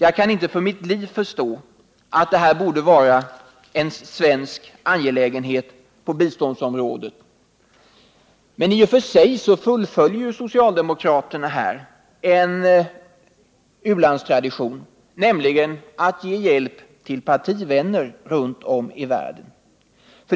Jag kan inte för mitt liv förstå att detta borde vara en svensk angelägenhet på biståndsområdet. I och för sig fullföljer socialdemokraterna här en u-landstradition, nämligen att ge hjälp till partivänner runt om i världen.